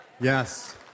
Yes